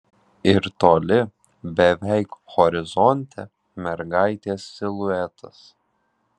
ir toli beveik horizonte mergaitės siluetas